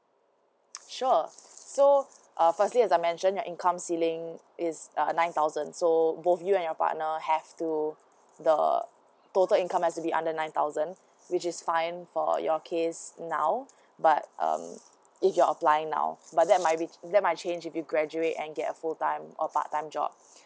sure so uh firstly as I mention your income ceiling is uh nine thousand so both you and your partner have to the total income has to be under nine thousand which is fine for your case now but um if you're applying now but that might be that might change if you graduate and get a full time or part time job